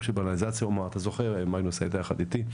אתה זוכר, מגנוס, היית יחד איתי.